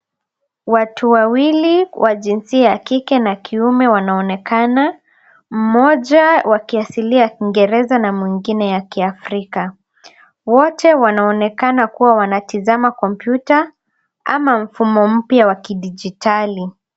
Watu wawili wa jinsia ya kike na kiume wanaonekana. Mmoja wa kiasili ya kiingereza na mwingine ya kiafrika. Wote wanaonekana kuwa wanatazama kompyuta ama mfumo mpya wa kidijitali.